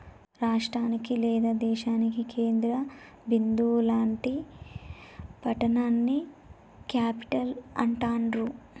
రాష్టానికి లేదా దేశానికి కేంద్ర బిందువు లాంటి పట్టణాన్ని క్యేపిటల్ అంటాండ్రు